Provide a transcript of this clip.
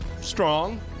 strong